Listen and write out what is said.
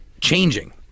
changing